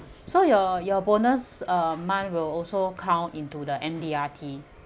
so your your bonus um month will also count into the M_D_R_T